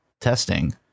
testing